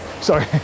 sorry